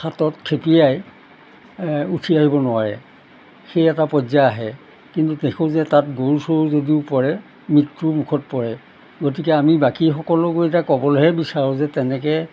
হাতত খেপিয়াই উঠি আহিব নোৱাৰে সেই এটা পৰ্য্য়ায় আহে কিন্তু দেখোঁ যে তাত গৰু চৰু যদিও পৰে মৃত্যুৰ মুখত পৰে গতিকে আমি বাকীসকলকো এতিয়া ক'বলৈহে বিচাৰোঁ যে তেনেকৈ